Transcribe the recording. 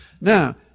Now